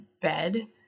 Bed